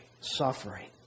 suffering